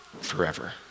forever